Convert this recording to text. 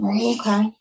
Okay